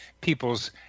people's